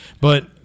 but-